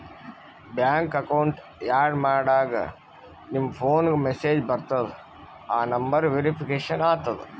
bank account add ಮಾಡಾಗ್ ನಿಮ್ ಫೋನ್ಗ ಮೆಸೇಜ್ ಬರ್ತುದ್ ಆ ನಂಬರ್ ವೇರಿಫಿಕೇಷನ್ ಆತುದ್